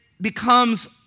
becomes